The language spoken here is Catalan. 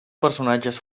personatges